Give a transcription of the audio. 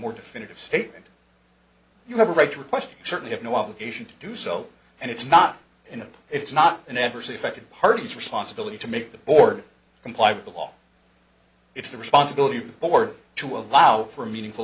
more definitive statement you have a right to request certainly have no obligation to do so and it's not in a it's not an adverse effect in party's responsibility to make the board comply with the law it's the responsibility of the board to allow for meaningful